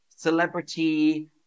celebrity